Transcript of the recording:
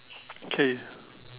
K